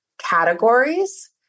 Categories